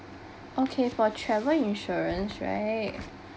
okay for travel insurance right